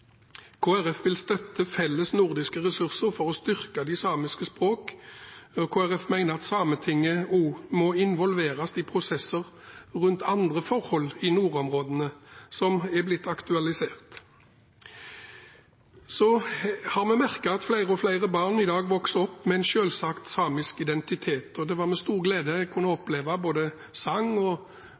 Folkeparti vil støtte felles nordiske ressurser for å styrke de samiske språk. Kristelig Folkeparti mener at Sametinget også må involveres i prosessene rundt andre forhold i nordområdene som er blitt aktualisert. Vi har merket at flere og flere barn i dag vokser opp med en selvsagt samisk identitet. Det var med stor glede jeg fikk oppleve sang og